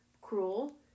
cruel